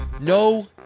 No